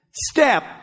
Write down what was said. Step